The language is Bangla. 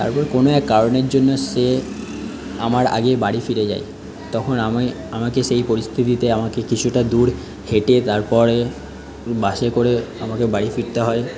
তারপর কোনো এক কারণের জন্য সে আমার আগে বাড়ি ফিরে যায় তখন আমি আমাকে সেই পরিস্থিতিতে আমাকে কিছুটা দূর হেঁটে তারপরে বাসে করে আমাকে বাড়ি ফিরতে হয়